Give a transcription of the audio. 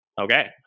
Okay